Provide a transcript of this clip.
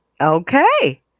Okay